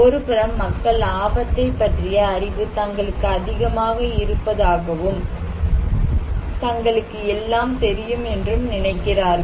ஒருபுறம் மக்கள் ஆபத்தை பற்றிய அறிவு தங்களுக்கு அதிகமாக இருப்பதாகவும் தங்களுக்கு எல்லாம் தெரியும் என்றும் நினைக்கிறார்கள்